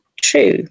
true